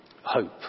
Hope